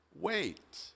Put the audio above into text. Wait